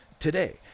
Today